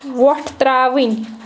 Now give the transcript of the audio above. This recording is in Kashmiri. وۄٹھ ترٛاوٕنۍ